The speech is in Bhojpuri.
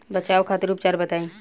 बचाव खातिर उपचार बताई?